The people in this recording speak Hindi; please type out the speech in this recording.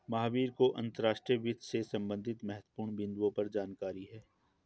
महावीर को अंतर्राष्ट्रीय वित्त से संबंधित महत्वपूर्ण बिन्दुओं पर जानकारी है